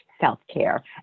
self-care